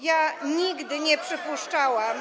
Ja nigdy nie przypuszczałam.